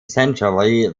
essentially